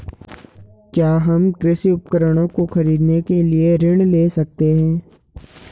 क्या हम कृषि उपकरणों को खरीदने के लिए ऋण ले सकते हैं?